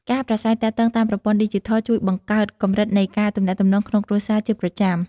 ការប្រាស្រ័យទាក់ទងតាមប្រព័ន្ធឌីជីថលជួយបង្កើតកម្រិតនៃការទំនាក់ទំនងក្នុងគ្រួសារជាប្រចាំ។